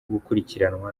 gukurikiranwa